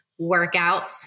Workouts